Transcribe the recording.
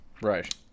Right